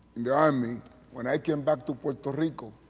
in the army when i cam back to puerto rico,